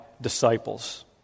disciples